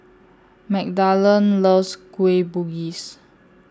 Magdalen loves Kueh Bugis